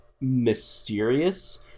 mysterious